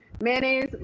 Mayonnaise